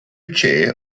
chair